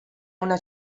una